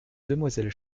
demoiselle